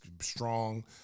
strong